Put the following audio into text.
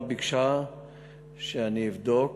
שביקשה שאני אבדוק.